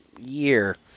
year